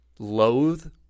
loathe